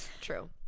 true